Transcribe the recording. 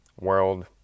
world